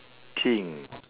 thing